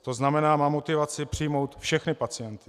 To znamená, má motivaci přijmout všechny pacienty.